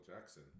Jackson